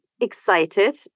Excited